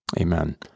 Amen